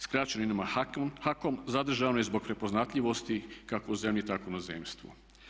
Skraćeno ime HAKOM zadržano je zbog prepoznatljivosti kako u zemlji, tako i u inozemstvu.